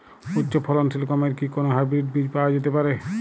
উচ্চ ফলনশীল গমের কি কোন হাইব্রীড বীজ পাওয়া যেতে পারে?